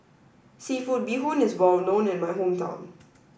Seafood Bee Hoon is well known in my hometown